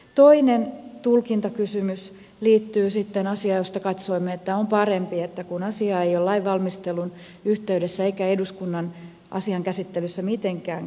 toinen tulkintakysymys liittyy asiaan josta katsoimme että sitä on parempi ensin selvittää koska asiaa ei ole lainvalmistelun yhteydessä eikä eduskunnan käsittelyssä mitenkään käsitelty